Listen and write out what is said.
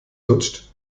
lutscht